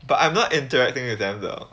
but I'm not interacting with them though